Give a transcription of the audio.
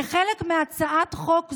כחלק מהצעת חוק זו,